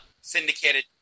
syndicated